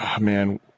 man